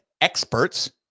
experts